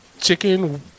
Chicken